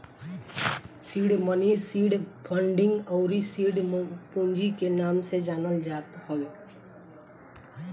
seed money seed funding अउरी seed पूंजी के नाम से जानल जात हवे